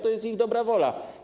To jest ich dobra wola.